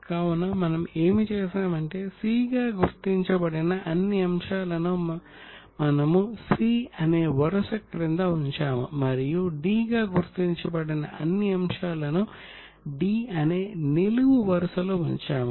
కావున మనం ఏమి చేశామంటే C గా గుర్తించబడిన అన్ని అంశాలను మనము C అనే వరుస క్రింద ఉంచాము మరియు D గా గుర్తించబడిన అన్ని అంశాలను D అనే నిలువు వరుసలో ఉంచాము